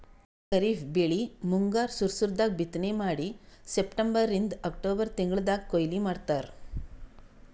ಖರೀಫ್ ಬೆಳಿ ಮುಂಗಾರ್ ಸುರು ಸುರು ದಾಗ್ ಬಿತ್ತನೆ ಮಾಡಿ ಸೆಪ್ಟೆಂಬರಿಂದ್ ಅಕ್ಟೋಬರ್ ತಿಂಗಳ್ದಾಗ್ ಕೊಯ್ಲಿ ಮಾಡ್ತಾರ್